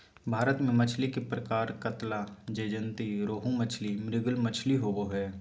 भारत में मछली के प्रकार कतला, ज्जयंती रोहू मछली, मृगल मछली होबो हइ